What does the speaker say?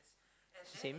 same